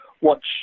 watch